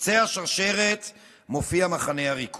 כבר חודש וחצי שש פעמים במכתבים רשמיים לשר